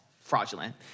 fraudulent